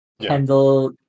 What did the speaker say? kendall